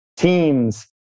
Teams